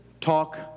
talk